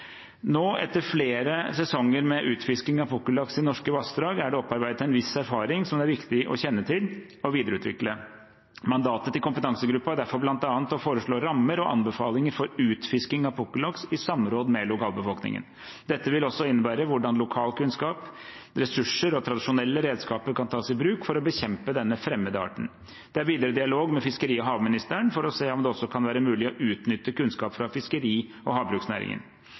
Nå, etter flere sesonger med utfisking av pukkellaks i norske vassdrag, er det opparbeidet en viss erfaring som er viktig å kjenne til og videreutvikle. Mandatet til kompetansegruppen er derfor bl.a. å foreslå rammer og anbefalinger for utfisking av pukkellaks, i samråd med lokalbefolkningen. Dette vil også innebære hvordan lokalkunnskap, ressurser og tradisjonelle redskaper kan tas i bruk for å bekjempe denne fremmede arten. Det er videre dialog med fiskeri- og havministeren for å se på om det også kan være mulig å utnytte kunnskap fra fiskeri- og havbruksnæringen.